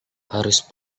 harus